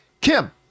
Kim